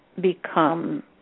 become